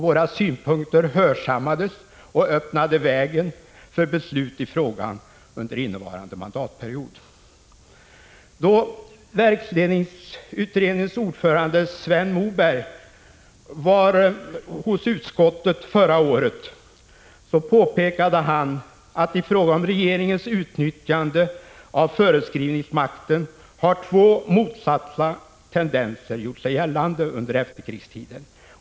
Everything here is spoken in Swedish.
Våra synpunkter hörsammades och öppnade vägen för beslut i frågan under innevarande mandatperiod. Då verksledningsutredningens ordförande, Sven Moberg, var hos utskottet förra året påpekade han att i fråga om regeringens utnyttjande av föreskriftsmakten har två motsatta tendenser gjort sig gällande under efterkrigstiden.